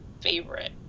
favorite